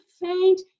faint